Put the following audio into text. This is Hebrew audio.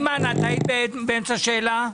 אימאן, את היית באמצע שאלה?